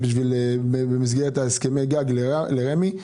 במסגרת הסכמי הגג לרשות מקרקעי ישראל.